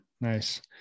Nice